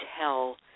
tell